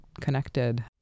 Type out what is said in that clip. connected